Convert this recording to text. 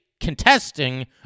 contesting